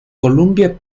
columbia